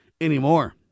anymore